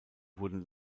wurden